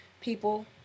people